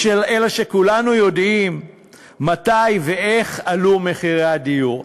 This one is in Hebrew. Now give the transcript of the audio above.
אלא שכולנו יודעים מתי ואיך עלו מחירי הדיור.